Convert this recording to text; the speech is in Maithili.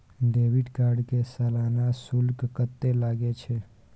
डेबिट कार्ड के सालाना शुल्क कत्ते लगे छै?